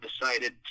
decided